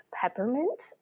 peppermint